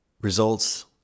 results